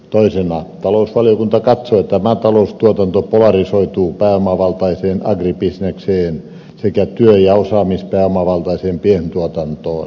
toisena talousvaliokunta katsoo että maataloustuotanto polarisoituu pääomavaltaiseen agribisnekseen sekä työ ja osaamispääomavaltaiseen pientuotantoon